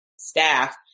staff